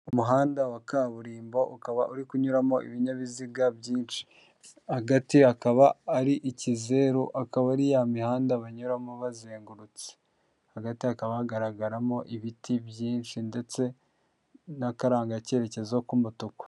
Umuhanda wa kaburimbo, ukaba uri kunyuramo ibinyabiziga byinshi. Hgati akaba ari ikizeru, akaba ari ya mihanda banyuramo bazengurutse. Hagati hakaba hagaragaramo ibiti byinshi ndetse n'akarangacyerekezo k'umutuku.